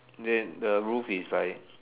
then the roof is like